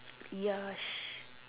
yes